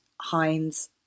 Heinz